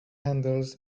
handles